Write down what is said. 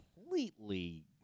completely